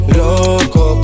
loco